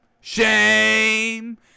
Shame